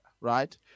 right